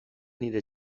nire